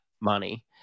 money